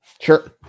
Sure